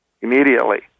immediately